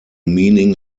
meaning